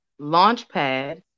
Launchpad